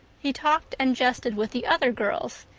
he talked and jested with the other girls,